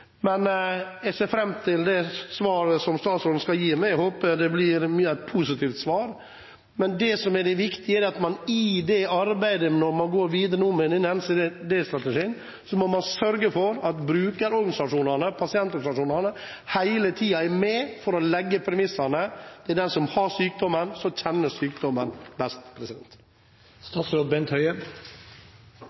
Men jeg ser fram til svaret fra statsråden, og håper det blir et positivt svar. Det som er det viktige, er at man i arbeidet videre med NCD-strategien må sørge for at brukerorganisasjonene, pasientorganisasjonene, hele tiden er med på å legge premissene. Det er de som har sykdommen, som kjenner sykdommen best.